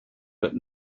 but